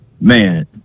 Man